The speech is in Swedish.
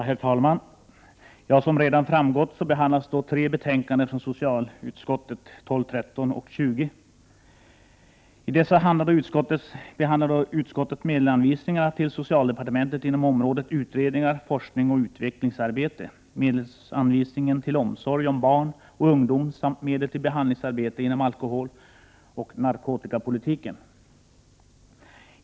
Herr talman! Som redan framgått behandlas tre betänkanden från socialutskottet, 12, 13 och 20. I dessa behandlar utskottet medelsanvisningen till socialdepartementet inom området utredningar, forskningsoch utvecklingsarbete, medelsanvisningen till omsorg om barn och ungdom samt medel till behandlingsarbete inom alkoholoch narkotikapolitiken.